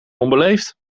onbeleefd